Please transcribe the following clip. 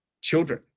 children